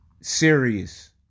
Serious